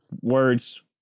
words